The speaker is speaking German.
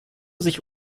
sich